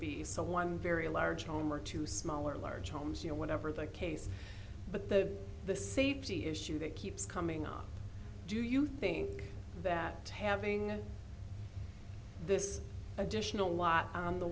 be so one very large home or two small or large homes you know whatever the case but the the safety issue that keeps coming up do you think that having this additional lot on the